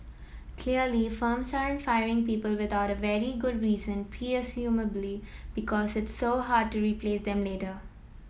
clearly firms aren't firing people without a very good reason presumably because it's so hard to replace them later